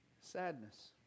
Sadness